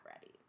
ready